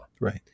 Right